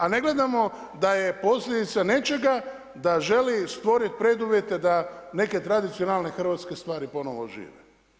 A ne gledamo da je posljedica nečega da želi stvoriti preduvjete da neke tradicionalne hrvatske stvari ponovno ožive.